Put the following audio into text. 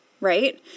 Right